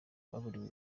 baburiwe